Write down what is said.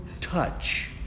touch